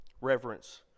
Reverence